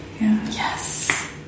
Yes